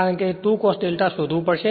કારણ કે 2cosδ શોધવું પડશે